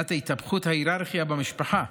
מבחינת התהפכות ההיררכיה במשפחה,